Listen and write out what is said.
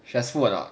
stressful or not